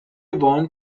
want